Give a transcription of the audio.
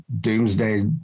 doomsday